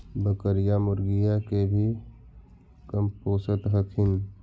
बकरीया, मुर्गीया के भी कमपोसत हखिन?